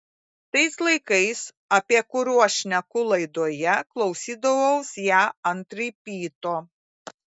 tais laikais apie kuriuos šneku laidoje klausydavaus ją ant ripyto